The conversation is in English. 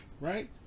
right